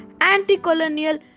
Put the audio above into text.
anti-colonial